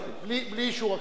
בלי אישור הכנסת.